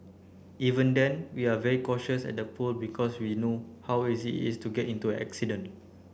even then we're very cautious at the pool because we know how easy is to get into an accident